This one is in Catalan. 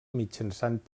mitjançant